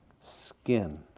Skin